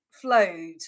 flowed